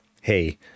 Hey